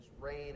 rain